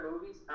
movies